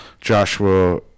Joshua